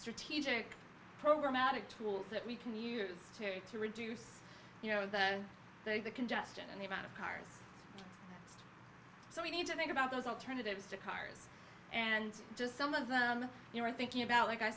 strategic programatic tools that we can use to to reduce the congestion and the amount of cars so we need to think about those alternatives to cars and just some of the you were thinking about like i